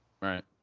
Right